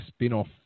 spinoff